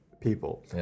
people